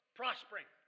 prospering